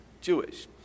Jewish